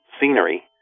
scenery